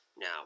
Now